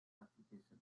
application